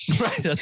Right